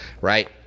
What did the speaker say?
right